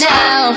now